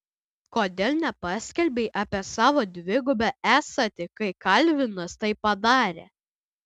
kodėl nepaskelbei apie savo dvigubą esatį kai kalvinas tai padarė